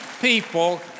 people